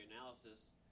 analysis